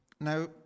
Now